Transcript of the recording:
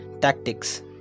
tactics